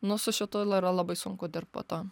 nu su šitu yra labai sunku dirbt po to